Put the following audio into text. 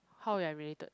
how we're related